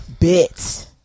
Bits